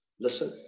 listen